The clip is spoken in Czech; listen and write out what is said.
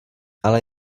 ale